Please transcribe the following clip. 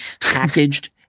packaged